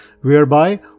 whereby